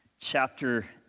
chapter